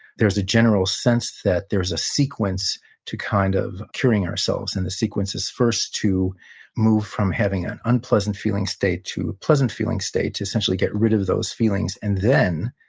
there's a general sense that there's a sequence to kind of curing ourselves. and the sequence is, first, to move from having an unpleasant feeling state to a pleasant feeling state, to essentially get rid of those feelings. and then,